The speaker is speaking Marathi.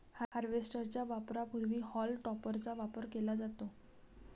हार्वेस्टर च्या वापरापूर्वी हॉल टॉपरचा वापर केला जातो